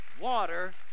Water